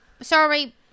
Sorry